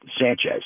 Sanchez